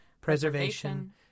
preservation